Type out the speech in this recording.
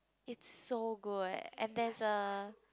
it's so good and there's a